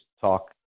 talk